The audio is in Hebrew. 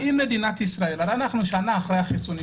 אנחנו שנה אחרי החיסונים,